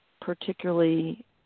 particularly